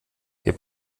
wir